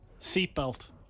Seatbelt